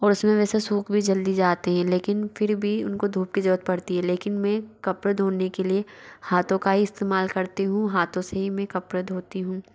और उसमें वैसे सूख भी जल्दी जाते हें लेकिन फिर भी उनको धूप की जरूरत पड़ती है लेकिन मैं कपड़े धोने के लिए हाथों का हि इस्तेमाल करती हूँ हाथों से ही में कपड़े धोती हूँ